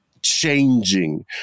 changing